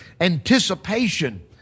anticipation